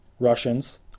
Russians